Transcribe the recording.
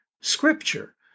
scripture